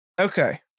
Okay